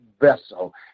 vessel